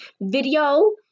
video